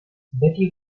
betty